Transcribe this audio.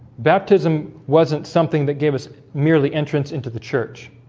baptism wasn't something that gave us merely entrance into the church